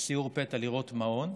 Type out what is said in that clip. לסיור פתע, לראות מעון.